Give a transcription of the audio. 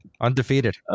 Undefeated